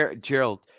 Gerald